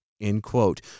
end-quote